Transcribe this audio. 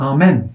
Amen 。